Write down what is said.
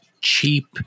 cheap